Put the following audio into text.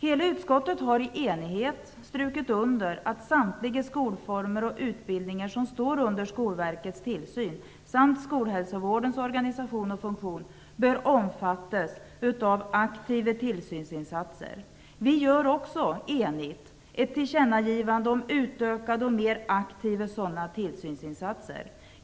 Hela utskottet har i enighet strukit under att samtliga skolformer och utbildningar som står under Skolverkets tillsyn, samt skolhälsovårdens organisation och funktion bör omfattas av aktiva tillsynsinsatser. Vi gör också - enigt - ett tillkännagivande om utökade och mer aktiva sådana tillsynsinsatser.